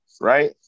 right